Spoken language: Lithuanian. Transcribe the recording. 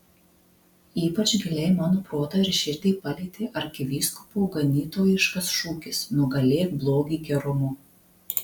ypač giliai mano protą ir širdį palietė arkivyskupo ganytojiškas šūkis nugalėk blogį gerumu